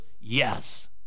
Yes